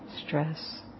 stress